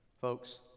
Folks